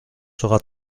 sera